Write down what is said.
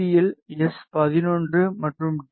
பியில் எஸ் 11 மற்றும் டி